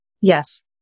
Yes